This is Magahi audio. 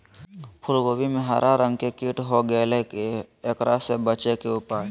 फूल कोबी में हरा रंग के कीट हो गेलै हैं, एकरा से बचे के उपाय?